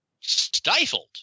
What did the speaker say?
Stifled